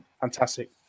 Fantastic